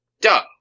Duh